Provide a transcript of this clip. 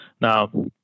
Now